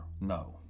no